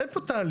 אין פה תהליך.